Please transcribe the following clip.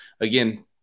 again